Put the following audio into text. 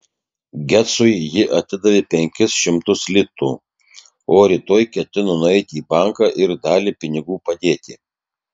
gecui ji atidavė penkis šimtus litų o rytoj ketino nueiti į banką ir dalį pinigų padėti